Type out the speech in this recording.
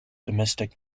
domestic